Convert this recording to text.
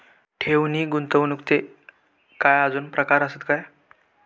ठेव नी गुंतवणूकचे काय आजुन प्रकार आसत काय?